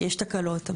שיש תקלות.